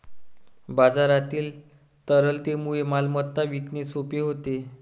बाजारातील तरलतेमुळे मालमत्ता विकणे सोपे होते